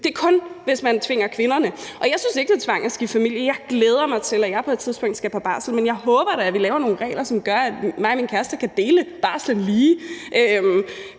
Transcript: Det er kun, hvis man tvinger kvinderne. Og jeg synes ikke, det er tvang at stifte familie. Jeg glæder mig til, at jeg på et tidspunkt skal på barsel. Men jeg håber da, at vi laver nogle regler, som gør, at min kæreste og jeg kan dele barslen lige.